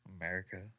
america